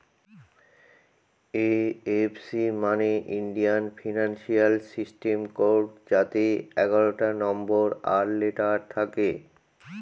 IFC মানে Indian financial system code যাতে এগারোটা নম্বর আর লেটার থাকে